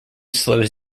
slows